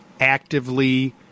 actively